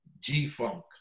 G-Funk